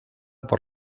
por